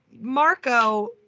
Marco